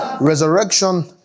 Resurrection